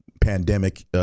pandemic